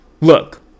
look